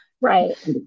Right